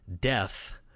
Death